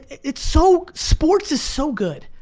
it's so, sports is so good.